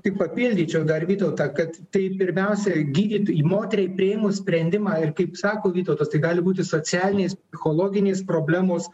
tik papildyčiau dar vytautą kad tai pirmiausia gydytojai moteriai priėmus sprendimą ir kaip sako vytautas tai gali būti socialinės psichologinės problemos